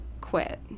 quit